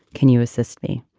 can you assist me?